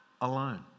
alone